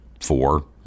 four